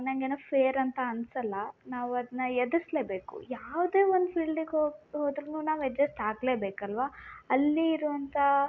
ನನ್ಗೇನೋ fair ಅಂತ ಅನಿಸಲ್ಲ ನಾವು ಅದನ್ನ ಎದುರಿಸ್ಲೆ ಬೇಕು ಯಾವುದೆ ಒಂದು ಫೀಲ್ಡಿಗೆ ಹೋಗಿ ಹೋದ್ರೂ ನಾವು ಎಜ್ಜಸ್ಟ್ ಆಗಲೆ ಬೇಕಲ್ಲವಾ ಅಲ್ಲಿ ಇರುವಂತ